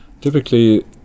typically